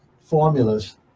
formulas